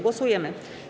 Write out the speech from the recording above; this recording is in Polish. Głosujemy.